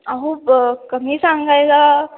अहो कमी सांगायला